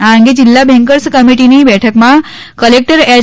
આ અંગે જીલ્લા બેન્કર્સ કમિટીની બેઠકમાં કલેકટર એય